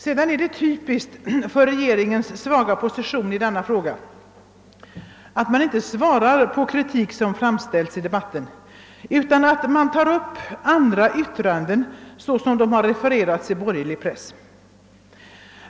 Det är typiskt för regeringens svaga position i denna fråga, att man inte bemöter den kritik som framförs i debatten. Man tar i stället upp andra yttranden, så som de refererats i borgerlig press.